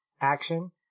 action